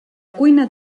cuina